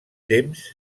temps